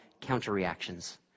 counter-reactions